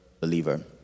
believer